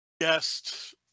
guest